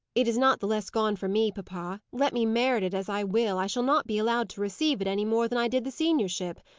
it is not the less gone for me, papa. let me merit it as i will, i shall not be allowed to receive it, any more than i did the seniorship.